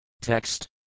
Text